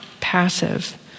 passive